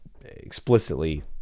explicitly